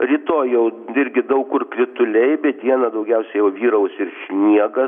rytoj jau irgi daug kur krituliai bet dieną daugiausiai vyraus sniegas